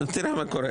תראה מה קורה.